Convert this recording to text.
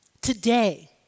Today